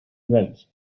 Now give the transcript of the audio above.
events